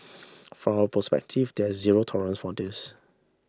from our perspective there is zero tolerance for this